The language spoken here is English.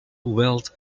wealth